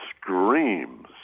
screams